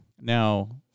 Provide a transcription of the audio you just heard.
Now